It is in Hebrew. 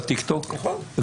בטיקטוק,